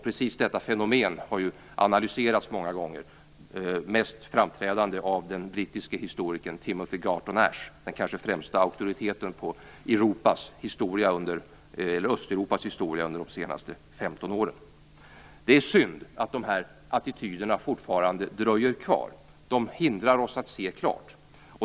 Precis detta fenomen har ju analyserats många gånger, mest framträdande av den brittiske historikern Timothy Garton Ash - den kanske främste auktoriteten på Östeuropas historia under de senaste 15 åren. Det är synd att dessa attityder fortfarande dröjer kvar. De hindrar oss från att se klart.